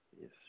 Yes